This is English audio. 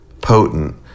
potent